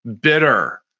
bitter